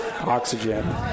oxygen